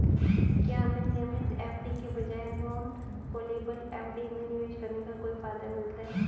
क्या हमें नियमित एफ.डी के बजाय नॉन कॉलेबल एफ.डी में निवेश करने का कोई फायदा मिलता है?